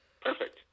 perfect